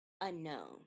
unknown